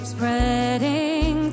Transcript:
Spreading